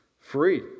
free